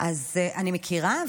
אז אני מכירה,